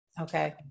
okay